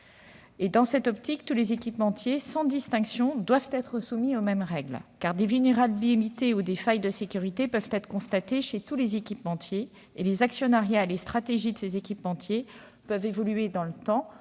Dans cette perspective, tous les équipementiers sans distinction doivent être soumis aux mêmes règles, car des vulnérabilités ou des failles de sécurité peuvent être constatées chez tous les équipementiers. En outre, les actionnariats et les stratégies des équipementiers peuvent évoluer dans le temps.